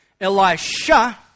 Elisha